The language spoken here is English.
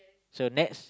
so next